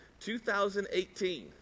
2018